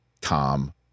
Tom